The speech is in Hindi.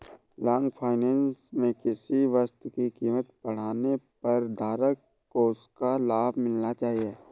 लॉन्ग फाइनेंस में किसी वस्तु की कीमत बढ़ने पर धारक को उसका लाभ मिलना चाहिए